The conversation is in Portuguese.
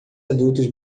adultos